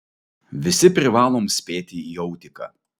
visi privalom spėti į autiką